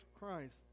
Christ